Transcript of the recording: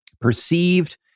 perceived